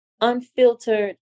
unfiltered